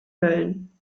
mölln